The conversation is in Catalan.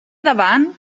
davant